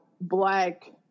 Black